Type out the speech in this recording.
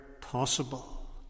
possible